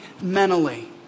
mentally